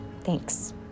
Thanks